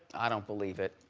i don't believe it.